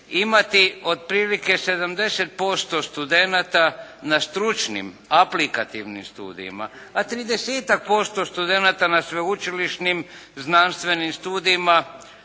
imati otprilike 70% studenata na stručnim aplikativnim studijima, a 30-tak posto studenata na sveučilišnim znanstvenim studijima,